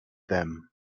them